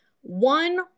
one